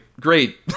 great